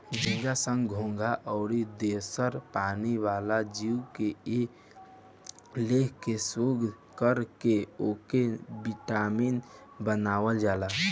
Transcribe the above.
झींगा, संख, घोघा आउर दोसर पानी वाला जीव से कए लेखा के शोध कर के ओसे विटामिन बनावल जाला